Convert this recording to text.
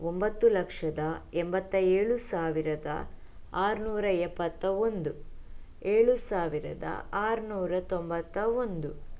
ಒಂಬತ್ತು ಲಕ್ಷದ ಎಂಬತ್ತ ಏಳು ಸಾವಿರದ ಆರುನೂರ ಎಪ್ಪತ್ತ ಒಂದು ಏಳು ಸಾವಿರದ ಆರುನೂರ ತೊಂಬತ್ತ ಒಂದು